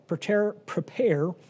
prepare